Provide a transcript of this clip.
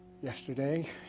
Yesterday